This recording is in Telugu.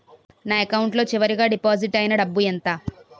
నా అకౌంట్ లో చివరిగా డిపాజిట్ ఐనా డబ్బు ఎంత?